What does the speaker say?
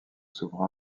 souverain